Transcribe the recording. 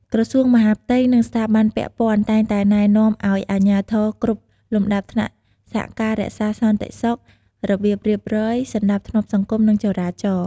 ក្រសួងមហាផ្ទៃ និងស្ថាប័នពាក់ព័ន្ធ តែងតែណែនាំឱ្យអាជ្ញាធរគ្រប់លំដាប់ថ្នាក់សហការរក្សាសន្តិសុខ របៀបរៀបរយ សណ្តាប់ធ្នាប់សង្គម និងចរាចរណ៍។